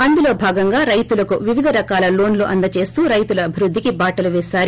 అందులో భాగంగా రైతులకు వివిధ రకాల లోన్లు అందజేస్తూ రైతుల అభివృద్ధికి బాటలు పేశారు